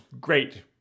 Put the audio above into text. great